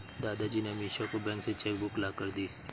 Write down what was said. दादाजी ने अमीषा को बैंक से चेक बुक लाकर दी